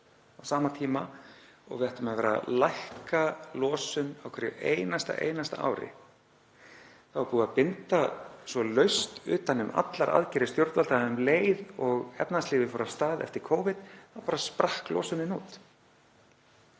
á sama tíma og við ættum að vera að lækka losun á hverju einasta ári. Það var búið að binda svo laust utan um allar aðgerðir stjórnvalda að um leið og efnahagslífið fór af stað eftir Covid sprakk losunin út.